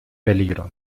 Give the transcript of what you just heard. peligro